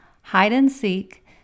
hide-and-seek